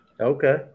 Okay